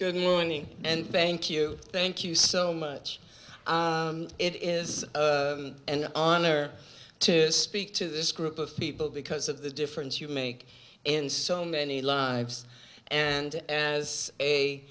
good morning and bank you thank you so much it is an honor to speak to this group of people because of the difference you make in so many lives and as